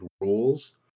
rules